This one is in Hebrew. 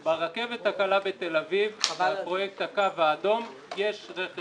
ברכבת הקלה בתל אביב והפרויקט הקו האדום יש רכש גומלין.